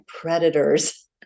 predators